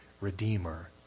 Redeemer